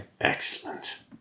Excellent